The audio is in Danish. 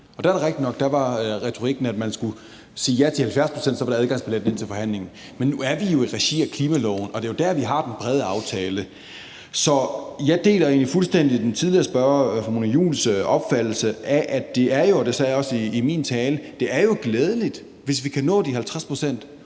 nok, at retorikken var, at hvis man sagde ja til 70-procentsmålet, var det en adgangsbillet til forhandlingen. Men nu forhandler vi jo i regi af klimaloven, og det er jo der, vi har den brede aftale, så jeg deler fuldstændig den tidligere spørger fru Mona Juuls opfattelse af, at det jo er – og det sagde jeg